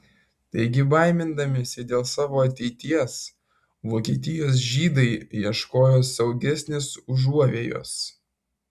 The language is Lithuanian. taigi baimindamiesi dėl savo ateities vokietijos žydai ieškojo saugesnės užuovėjos